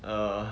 err